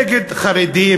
נגד חרדים,